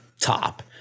top